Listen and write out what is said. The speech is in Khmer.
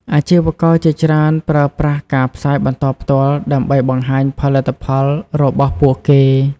អាជីវករជាច្រើនប្រើប្រាស់ការផ្សាយបន្តផ្ទាល់ ដើម្បីបង្ហាញផលិតផលរបស់ពួកគេ។